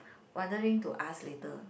wondering to ask later